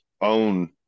own